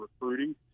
recruiting